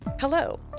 Hello